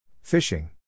Fishing